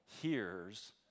hears